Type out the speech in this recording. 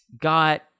got